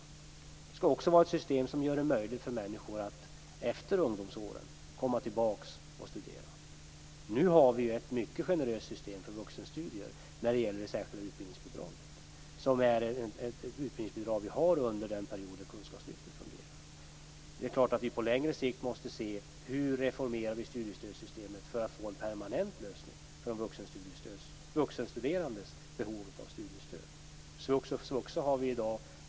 Det skall också vara ett system som gör det möjligt för människor att efter ungdomsåren komma tillbaka och studera. Nu har vi ju ett mycket generöst system för vuxenstudier när det gäller det särskilda utbildningsbidraget. Det är det utbildningsbidrag vi har under den period då kunskapslyftet fungerar. På längre sikt måste vi se hur vi reformerar studiestödssystemet för att få en permanent lösning på de vuxenstuderandes behov av studiestöd. Svux och svuxa har vi i dag.